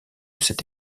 cette